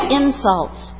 insults